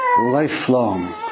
lifelong